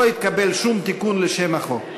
לא התקבל שום תיקון לשם החוק.